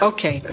Okay